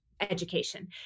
education